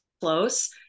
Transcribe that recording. close